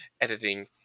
editing